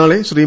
നാളെ ശ്രീ